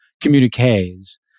communiques